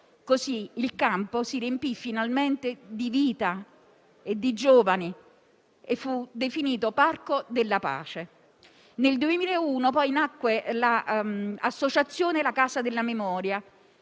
Così il campo si riempì finalmente di vita, di giovani, e fu definito «Parco della Pace»; nel 2001 poi nacque l'associazione La casa della memoria,